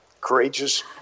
courageous